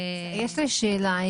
יש לי שאלה.